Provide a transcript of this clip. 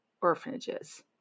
orphanages